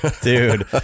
dude